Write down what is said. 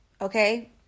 Okay